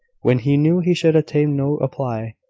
when he knew he should obtain no reply.